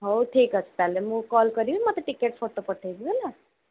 ହଉ ଠିକ୍ ଅଛି ତା'ହେଲେ ମୁଁ କଲ୍ କରିବି ମୋତେ ଟିକେଟ୍ ଫଟୋ ପଠାଇବୁ ହେଲା